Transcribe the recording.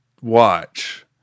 watch